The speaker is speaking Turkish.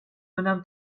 önem